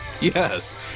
Yes